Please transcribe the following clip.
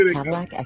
Cadillac